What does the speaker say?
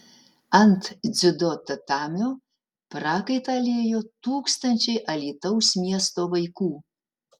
ant dziudo tatamio prakaitą liejo tūkstančiai alytaus miesto vaikų